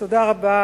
תודה רבה.